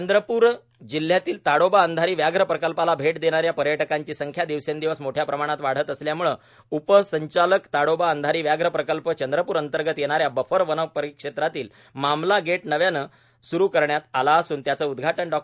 चंद्रपूर जिल्हयातील ताडोबा अंधारी व्याघ्र प्रकल्पाला भेट देणाऱ्या पर्यटकांची संख्या दिवसेदिवस मोठया प्रमाणात वाढत असल्यामुळे उपसंचालक ताडोबा अंधारी व्याघ्र प्रकल्प चंद्रप्र अंतर्गत येणाऱ्या बफर वनपरिक्षेत्रातील मामला गेट नव्यानं स्रु करण्यात आला असून त्याचं उदघाटन डॉ